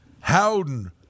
Howden